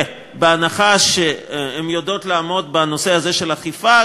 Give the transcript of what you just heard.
ובהנחה שהן יודעות לעמוד בנושא הזה של אכיפה,